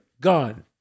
gone